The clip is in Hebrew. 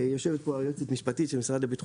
יושבת פה היועצת המשפטית של המשרד לביטחון